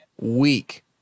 week